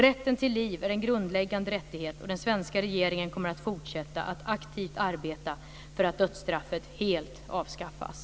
Rätten till liv är en grundläggande rättighet, och den svenska regeringen kommer att fortsätta att aktivt arbeta för att dödsstraffet helt avskaffas.